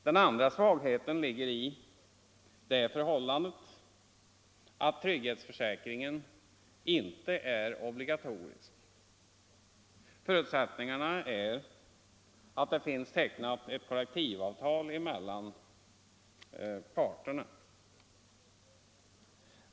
Den andra svagheten ligger i det förhållandet att trygghetsförsäkringen inte är obligatorisk. Förutsättningen är att det finns tecknat ett kollektivavtal mellan parterna.